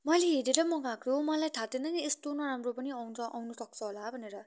मैले हेरेरै मगाएको मलाई थाहा थिएन नि यस्तो नराम्रो पनि आउँछ आउनुसक्छ होला भनेर